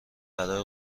برای